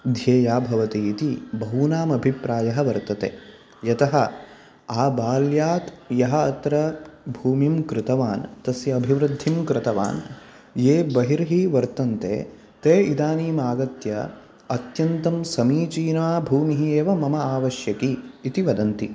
ध्येया भवति इति बहुनाम् अभिप्रायः वर्तते यतः आबाल्यात् यः अत्र भूमिं कृतवान् तस्य अभिवृद्धिं कृतवान् ये बहिर्हि वर्तन्ते ते इदानीम् आगत्य अत्यन्तं समीचीना भूमिः एव मम आवश्यकी इति वदन्ति